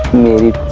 need